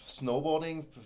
snowboarding